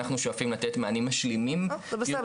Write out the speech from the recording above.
אנחנו שואפים לתת מענים משלמים יותר- -- בסדר,